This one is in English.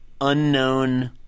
unknown